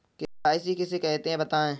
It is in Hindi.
के.वाई.सी किसे कहते हैं बताएँ?